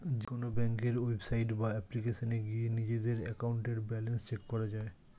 যেকোনো ব্যাংকের ওয়েবসাইট বা অ্যাপ্লিকেশনে গিয়ে নিজেদের অ্যাকাউন্টের ব্যালেন্স চেক করা যায়